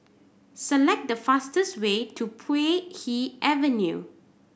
select the fastest way to Puay Hee Avenue